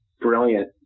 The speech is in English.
Brilliant